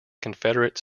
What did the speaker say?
confederate